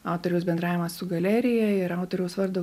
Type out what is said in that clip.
autoriaus bendravimas su galerija ir autoriaus vardo